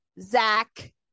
Zach